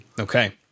Okay